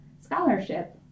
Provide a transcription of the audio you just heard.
scholarship